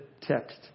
text